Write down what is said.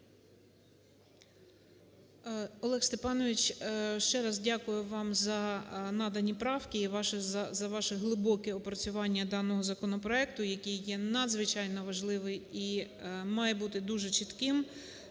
Олег Степанович, ще раз дякую вам за надані правки і за ваше глибоке опрацювання даного законопроекту, який є надзвичайно важливий і має бути дуже чітким.